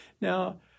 Now